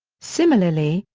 similarly,